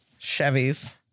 Chevys